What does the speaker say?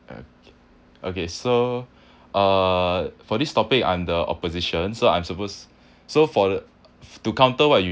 um okay so uh for this topic I'm the opposition so I'm suppose so for the to counter what you